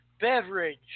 beverage